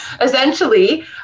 essentially